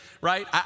right